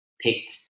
picked